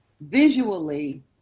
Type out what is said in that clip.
visually